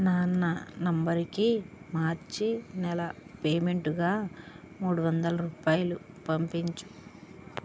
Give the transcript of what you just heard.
నాన్న నంబరుకి మార్చి నెల పేమెంటుగా మూడు వందల రూపాయలు పంపించు